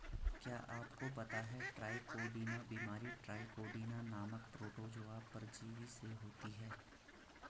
क्या आपको पता है ट्राइकोडीना बीमारी ट्राइकोडीना नामक प्रोटोजोआ परजीवी से होती है?